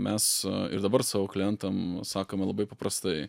mes ir dabar savo klientam sakome labai paprastai